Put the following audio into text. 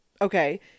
okay